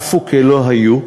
עפו כלא היו.